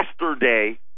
yesterday